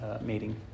meeting